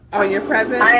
oh, you're present. i